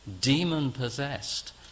demon-possessed